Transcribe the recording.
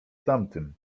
tamtym